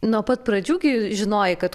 nuo pat pradžių gi žinojai kad